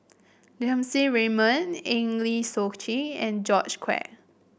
Lim Siang Raymond Eng Lee Seok Chee and George Quek